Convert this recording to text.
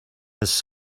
his